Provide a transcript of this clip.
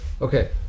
okay